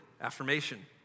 affirmation